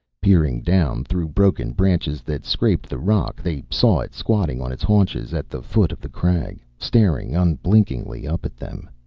peering down through broken branches that scraped the rock, they saw it squatting on its haunches at the foot of the crag, staring unblinkingly up at them.